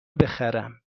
بخرم